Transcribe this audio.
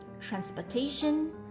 transportation